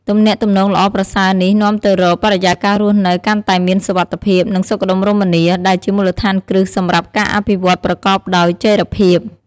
ទំនាក់ទំនងល្អប្រសើរនេះនាំទៅរក បរិយាកាសរស់នៅកាន់តែមានសុវត្ថិភាព និងសុខដុមរមនា ដែលជាមូលដ្ឋានគ្រឹះសម្រាប់ការអភិវឌ្ឍប្រកបដោយចីរភាព។